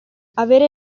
avere